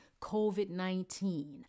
COVID-19